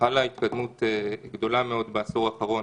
חלה התקדמות גדולה מאוד בעשור האחרון